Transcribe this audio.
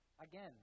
again